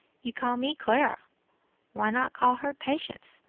you call me clara why not call her patience?